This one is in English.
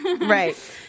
Right